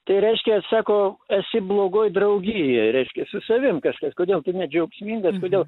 tai reiškia sako esi blogoj draugijoj reiškia su savim kažkas kodėl tu ne džiaugsmingas kodėl